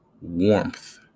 warmth